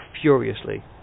furiously